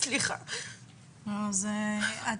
תודה שאת